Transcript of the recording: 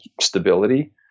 stability